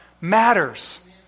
matters